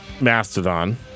Mastodon